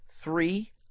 three